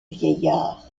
vieillard